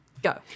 go